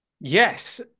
Yes